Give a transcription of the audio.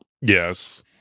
Yes